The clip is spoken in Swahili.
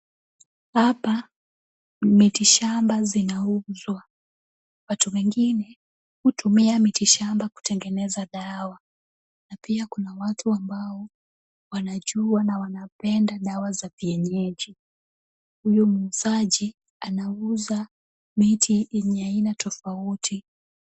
Hapa ni mitishamba zinauzwa. Watu wengine hutumia mitishamba kutengeneza dawa na pia kuna watu ambao wanajua na wanapenda dawa za kienyeji. Huyu muuzaji anauza miti yenye aina tofauti.